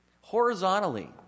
Horizontally